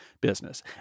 business